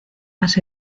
más